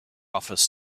office